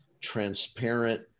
transparent